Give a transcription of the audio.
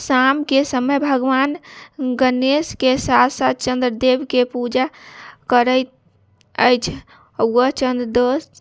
शामके समय भगवान गणेशके साथ साथ चंद्रदेवके पूजा करैत अछि ओ चंद्र दोष